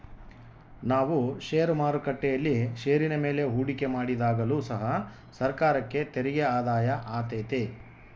ನಾವು ಷೇರು ಮಾರುಕಟ್ಟೆಯಲ್ಲಿ ಷೇರಿನ ಮೇಲೆ ಹೂಡಿಕೆ ಮಾಡಿದಾಗಲು ಸಹ ಸರ್ಕಾರಕ್ಕೆ ತೆರಿಗೆ ಆದಾಯ ಆತೆತೆ